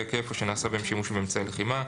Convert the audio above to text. היקף או שנעשה בהם שימוש באמצעי לחימה,